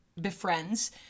befriends